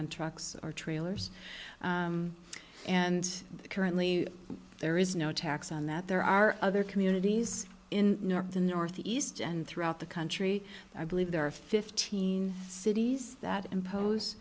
on trucks or trailers and currently there is no tax on that there are other communities in the north east and throughout the country i believe there are fifteen cities that impose